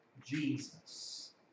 Jesus